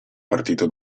partito